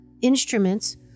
instruments